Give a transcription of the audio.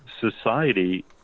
society